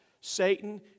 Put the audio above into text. Satan